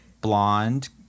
Blonde